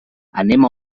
anem